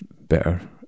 better